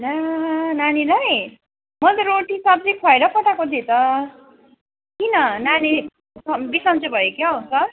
ला नानीलाई मैले त रोटी सब्जी खुवाएर पठाएको थिएँ त किन नानी बिसन्चो भयो क्याउ सर